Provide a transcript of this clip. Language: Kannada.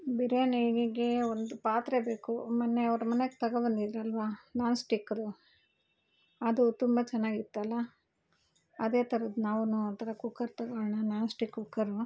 ಬಿರಿಯಾನಿಗೆ ಒಂದು ಪಾತ್ರೆ ಬೇಕು ಮೊನ್ನೆ ಅವ್ರ ಮನೆಗೆ ತೊಗೋಬಂದಿದ್ರಲ್ಲ ನಾನ್ಸ್ಟಿಕ್ದು ಅದು ತುಂಬ ಚೆನ್ನಾಗಿತ್ತಲ್ಲ ಅದೇ ಥರದ್ದು ನಾವುನೂ ಆ ಥರ ಕುಕ್ಕರ್ ತೊಗೊಳ್ಳೋಣ ನಾನ್ ಸ್ಟಿಕ್ ಕುಕ್ಕರು